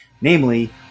Namely